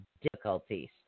difficulties